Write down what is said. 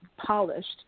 polished